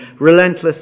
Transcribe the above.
relentless